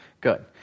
good